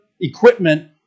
equipment